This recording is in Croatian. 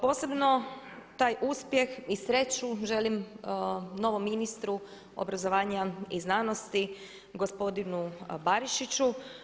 Posebno taj uspjeh i sreću želim novom ministru obrazovanja i znanosti gospodinu Barišiću.